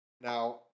Now